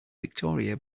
victoria